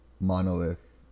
monolith